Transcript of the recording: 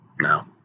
No